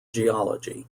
geology